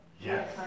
Yes